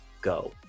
go